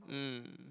mm